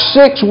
six